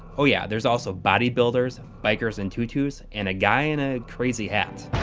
oh yeah, there's also body builders, bikers in tutus and guy in a crazy hat.